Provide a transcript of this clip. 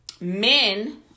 men